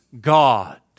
God